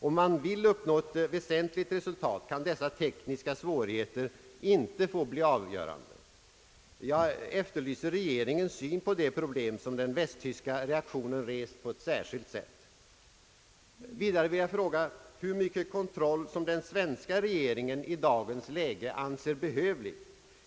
Om man vill uppnå ett väsentligt resultat, kan dessa tekniska svårigheter inte få bli avgörande. Jag efterlyser regeringens syn på de problem som den västtyska reaktionen rest på ett särskilt sätt. Vidare vill jag fråga hur mycket kontroll som den svenska regeringen i dagens läge anser vara behövlig.